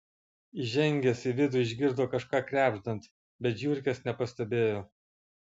įžengęs į vidų išgirdo kažką krebždant bet žiurkės nepastebėjo